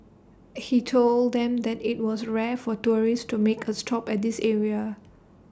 he told them that IT was rare for tourists to make A stop at this area